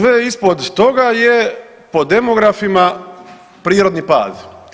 Sve ispod toga je po demografima prirodni pad.